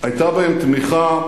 היתה בהם תמיכה,